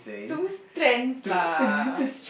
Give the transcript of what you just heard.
two strands lah